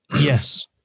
Yes